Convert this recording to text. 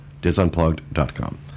disunplugged.com